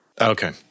Okay